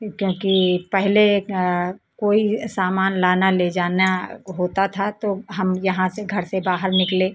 क्योंकि पहले कोई सामान लाना ले जाना होता था तो हम यहाँ से घर से बाहर निकले